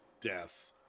death